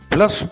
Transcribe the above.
Plus